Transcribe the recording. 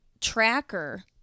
tracker